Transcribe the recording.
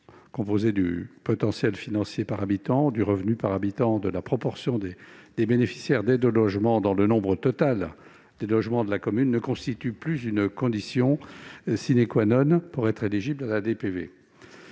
composé du potentiel financier par habitant, du revenu par habitant et de la proportion de bénéficiaires d'aides au logement dans le nombre total des logements de la commune ne constitue plus une condition d'éligibilité à la DPV.